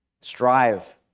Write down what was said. strive